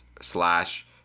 slash